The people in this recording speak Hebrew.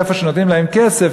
איפה שנותנים להם כסף,